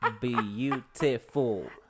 beautiful